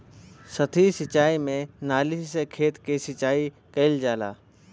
सतही सिंचाई में नाली से खेत के सिंचाई कइल जाला